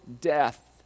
death